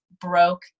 broke